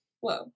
whoa